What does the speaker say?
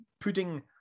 putting